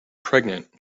pregnant